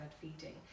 feeding